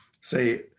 say